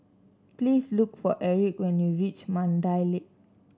please look for Erick when you reach Mandai Lake